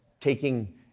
taking